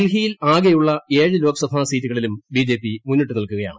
ഡൽഹിയിൽ ആകെയുള്ളൂ ഏഴ് ലോക്സഭാ സീറ്റുകളിലും ബിജെപി മുന്നിട്ട് നിൽക്കുകയാണ്